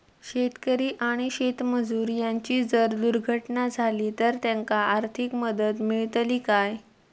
शेतकरी आणि शेतमजूर यांची जर दुर्घटना झाली तर त्यांका आर्थिक मदत मिळतली काय?